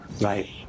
Right